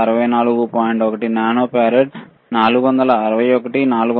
1 nano farad 461 464